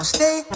Stay